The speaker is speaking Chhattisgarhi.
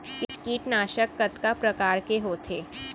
कीटनाशक कतका प्रकार के होथे?